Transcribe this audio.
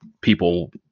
people